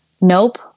nope